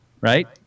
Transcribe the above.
right